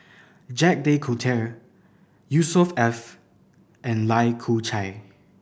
Jacques De Coutre Yusnor Ef and Lai Kew Chai